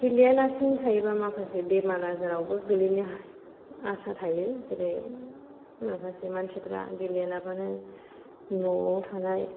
गेलेया लासेनो थायोबा माखासे बेमार आजारावबो गोलैनो आसा थायो जेरै माखासे मानसिफोरा गेलेया लाबानो न'आव थानाय